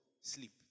Sleep